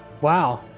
Wow